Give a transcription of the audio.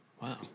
Wow